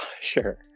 Sure